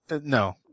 no